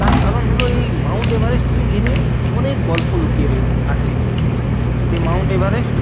তার কারণ হল এই মাউন্ট এভারেস্টকে ঘিরে অনেক গল্প লুকিয়ে আছে যে মাউন্ট এভারেস্ট